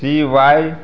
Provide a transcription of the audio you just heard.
C Y